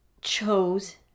chose